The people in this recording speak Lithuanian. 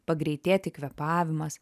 pagreitėti kvėpavimas